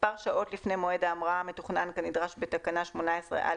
מספר שעות לפני מועד ההמראה המתוכנן כנדרש בתקנה 18(א),